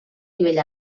nivell